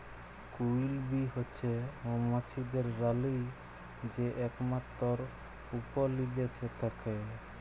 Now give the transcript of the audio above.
queen bee হছে মোমাছিদের রালী যে একমাত্তর উপলিবেশে থ্যাকে